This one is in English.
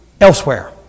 elsewhere